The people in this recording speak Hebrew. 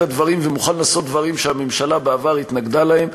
הדברים ומוכן לעשות דברים שהממשלה בעבר התנגדה להם.